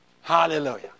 Hallelujah